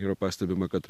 yra pastebima kad